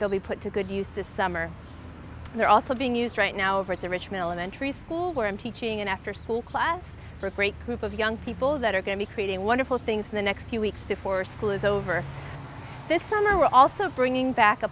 they'll be put to good use this summer they're also being used right now over to richmond elementary school where i'm teaching an after school class for a great group of young people that are going to be creating wonderful things in the next few weeks before school is over this summer we're also bringing back a